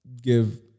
give